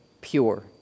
pure